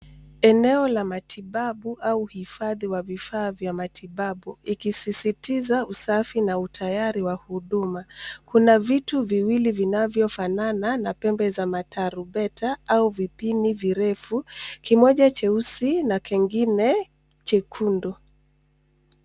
Eneo la matibabu au hifadhi wa vifaa vya matibabu ikisisitiza usafi na utayari wa huduma. Kuna vitu viwili vinavyo fanana na pembe za matarumbeta au vipini virefu. Kimoja cheusi kengine chekundu.